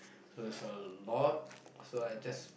so it's a lot so I just